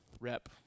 rep